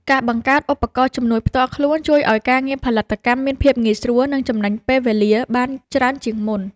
ការបង្កើតឧបករណ៍ជំនួយផ្ទាល់ខ្លួនជួយឱ្យការងារផលិតកម្មមានភាពងាយស្រួល និង ចំណេញពេលវេលាបានច្រើនជាងមុន។